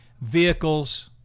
vehicles